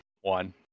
One